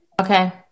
Okay